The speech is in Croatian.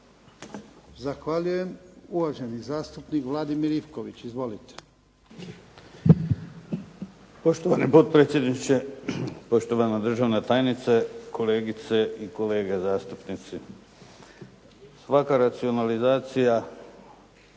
Zahvaljujem. Uvaženi zastupnik Vladimir Ivković. Izvolite. **Ivković, Vladimir (HDZ)** Poštovani potpredsjedniče, poštovana državna tajnice, kolegice i kolege zastupnici. Svaka racionalizacija